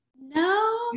No